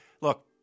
look